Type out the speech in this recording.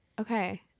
Okay